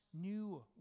new